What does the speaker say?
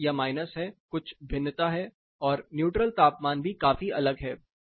कुछ प्लस या माइनस है कुछ भिन्नता है और न्यूट्रल तापमान भी काफी अलग है